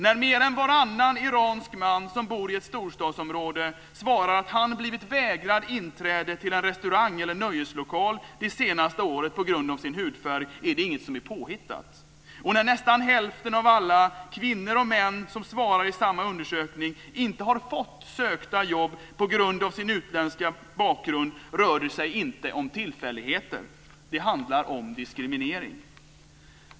När mer än varannan iransk man som bor i ett storstadsområde svarar att han har blivit vägrad inträde till en restaurang eller en nöjeslokal det senaste året på grund av sin hudfärg är det inget som är påhittat. Och när nästan hälften av alla - kvinnor och män - som har svarat i samma undersökning säger att de inte har fått sökta jobb på grund av sin utländska bakgrund rör det sig inte om tillfälligheter. Det handlar om diskriminering.